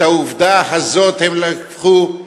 את העובדה הזאת הם לקחו,